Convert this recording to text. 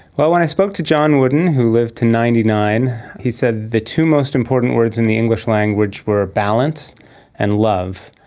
well, when i spoke to john wooden who lived to ninety nine, he said the two most important words in the english language were balance and love.